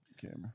camera